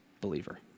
believer